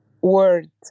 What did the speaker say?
word